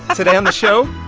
ah today on the show,